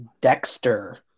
Dexter